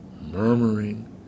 murmuring